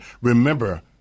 remember